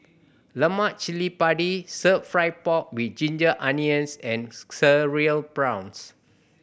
lemak cili padi Stir Fry pork with ginger onions and Cereal Prawns